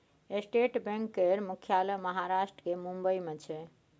state Bank केर मुख्यालय महाराष्ट्र केर मुंबई मे छै